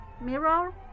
mirror